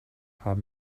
haben